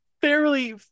fairly